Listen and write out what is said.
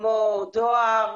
כמו דואר,